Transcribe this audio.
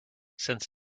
since